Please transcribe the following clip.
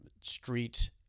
street